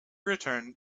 returned